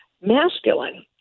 masculine